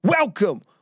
Welcome